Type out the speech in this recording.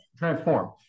transform